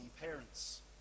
parents